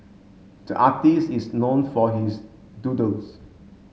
the artist is known for his doodles